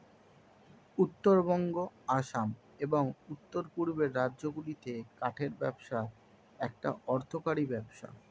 উত্তরবঙ্গ, আসাম, এবং উওর পূর্বের রাজ্যগুলিতে কাঠের ব্যবসা একটা অর্থকরী ব্যবসা